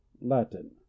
latin